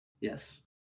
Yes